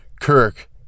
Kirk